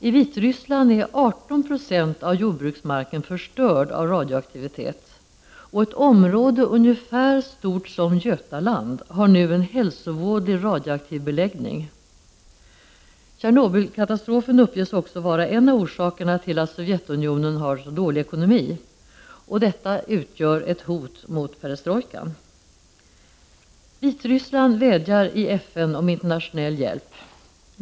I Vitryssland är 18 90 av jordbruksmarken förstörd av radioaktivitet och ett område ungefär lika stort som Götaland har nu en hälsovådlig radioaktiv beläggning. Tjernobylkatastrofen uppges också vara en av orsakerna till Sovjetunionens dåliga ekonomi, vilket utgör ett hot mot perestrojkan. Vitryssland vädjar i FN om internationell hjälp.